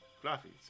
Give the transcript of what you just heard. Fluffy